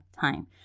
time